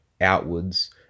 outwards